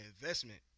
investment